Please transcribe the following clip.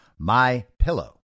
MyPillow